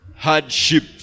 Hardship